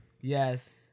Yes